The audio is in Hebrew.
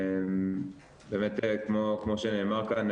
כמו שנאמר כאן,